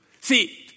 See